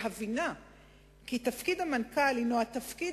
בהבינה כי תפקיד המנכ"ל הינו התפקיד